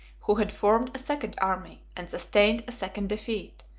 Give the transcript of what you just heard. who had formed a second army and sustained a second defeat,